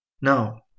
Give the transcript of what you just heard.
Now